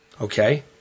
Okay